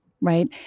Right